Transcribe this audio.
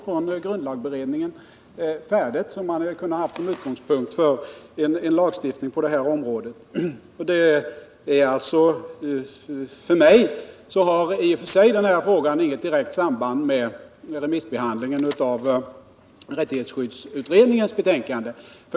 Från grundlagberedningen förelåg ett färdigt förslag som kunde ha varit utgångspunkt för en lagstiftning på det här området. För mig har den här frågan i och för sig inget direkt samband med remissbehandlingen av rättighetsskyddsutredningens betänkande.